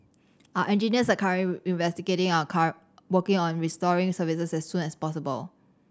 our engineers are currently investigating and are car working on restoring services as soon as possible